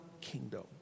kingdom